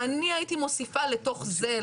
אני הייתי מוסיפה לתוך זה,